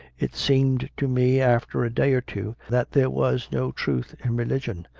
it seemed to me, after a day or two, that there was no truth in religion,